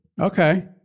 Okay